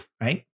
right